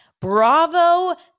bravo